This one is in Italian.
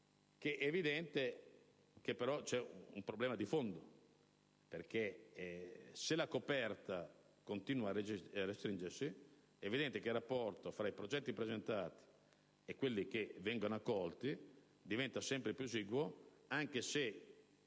che esiste un problema di fondo, perché se la coperta continua a restringersi, è evidente che il rapporto tra i progetti presentati e quelli accolti diventa sempre più esiguo, anche se